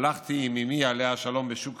הלכתי עם אימי, עליה השלום, לשוק